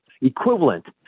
equivalent